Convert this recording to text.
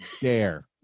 dare